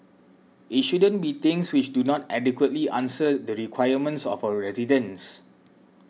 it shouldn't be things which do not adequately answer the requirements of our residents